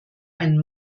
einen